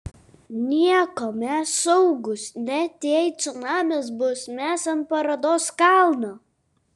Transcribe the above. nieko mes saugūs net jei cunamis bus mes ant parodos kalno